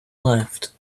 left